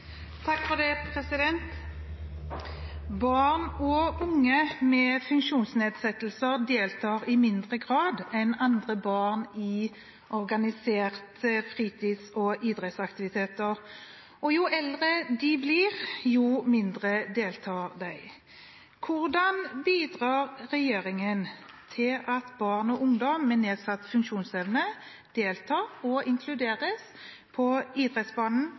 og unge med funksjonsnedsettelser deltar i mindre grad enn andre barn i organisert fritids- og idrettsaktiviteter, og jo eldre de blir, jo mindre deltar de. Hvordan bidrar regjeringen til at barn og ungdom med nedsatt funksjonsevne deltar og inkluderes på